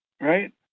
right